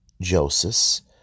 Joseph